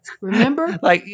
Remember